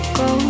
go